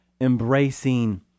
embracing